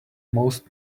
most